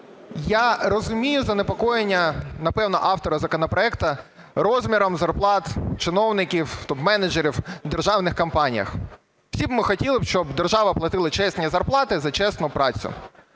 я розумію занепокоєння, напевно, автора законопроекту розміром зарплат чиновників, топменеджерів в державних компаніях. Всі б ми хотіли, щоб держава платила чесні зарплати за чесну працю.